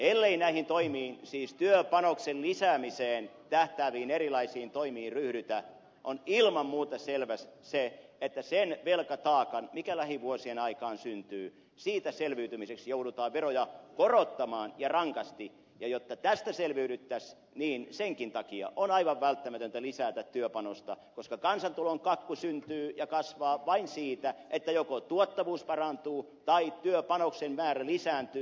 ellei näihin toimiin siis työpanoksen lisäämiseen tähtääviin erilaisiin toimiin ryhdytä on ilman muuta selvä se että siitä velkataakasta selviytymiseksi mikä lähivuosien aikaan syntyy joudutaan veroja korottamaan ja rankasti ja jotta tästä selviydyttäisiin niin senkin takia on aivan välttämätöntä lisätä työpanosta koska kansantulon kakku syntyy ja kasvaa vain siitä että joko tuottavuus parantuu tai työpanoksen määrä lisääntyy